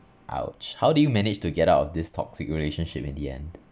!ouch! how did you manage to get out of this toxic relationship in the end